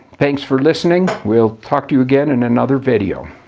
thanks for listening. we'll talk to you again in another video.